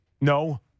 No